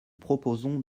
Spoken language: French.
proposons